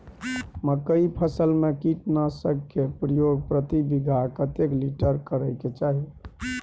मकई फसल में कीटनासक के प्रयोग प्रति बीघा कतेक लीटर करय के चाही?